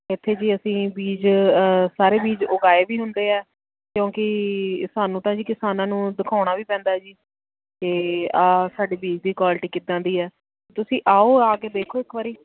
ਇੱਥੇ ਜੀ ਅਸੀਂ ਬੀਜ ਸਾਰੇ ਬੀਜ ਉਗਾਏ ਵੀ ਹੁੰਦੇ ਆ ਕਿਉਂਕਿ ਸਾਨੂੰ ਤਾਂ ਜੀ ਕਿਸਾਨਾਂ ਨੂੰ ਦਿਖਾਉਣਾ ਵੀ ਪੈਂਦਾ ਜੀ ਅਤੇ ਆ ਸਾਡੇ ਵੀਰ ਦੀ ਕੁਆਲਿਟੀ ਕਿੱਦਾਂ ਦੀ ਆ ਤੁਸੀਂ ਆਓ ਆ ਕੇ ਦੇਖੋ ਇੱਕ ਵਾਰੀ